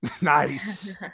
nice